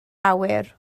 awyr